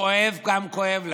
כואב גם כואב להם,